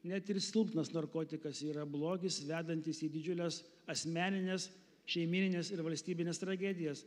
net ir silpnas narkotikas yra blogis vedantis į didžiules asmenines šeimynines ir valstybines tragedijas